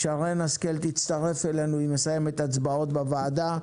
שרן השכל תצטרף אלינו, היא מסיימת הצבעות בוועדה,